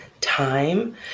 time